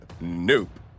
Nope